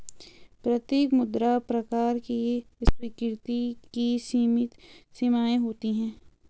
प्रत्येक मुद्रा प्रकार की स्वीकृति की सीमित सीमाएँ होती हैं